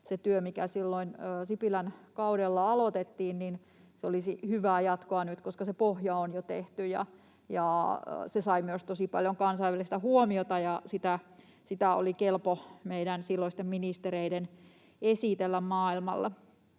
silloin Sipilän kaudella aloitettiin, olisi hyvää jatkoa nyt, koska se pohja on jo tehty ja se sai myös tosi paljon kansainvälistä huomiota ja sitä oli kelpo meidän silloisten ministereiden esitellä maailmalla.